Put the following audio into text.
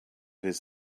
his